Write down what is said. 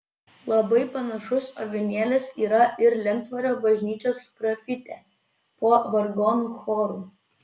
labai panašus avinėlis yra ir lentvario bažnyčios sgrafite po vargonų choru